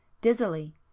Dizzily